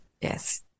yes